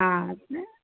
हा